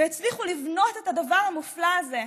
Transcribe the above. והצליחו לבנות את הדבר המופלא הזה,